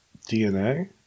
DNA